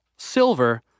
Silver